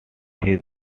his